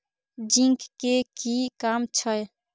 Zinc के कि काम छै?